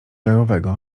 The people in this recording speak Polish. gajowego